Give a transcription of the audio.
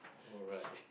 alright